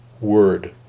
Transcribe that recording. word